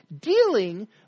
dealing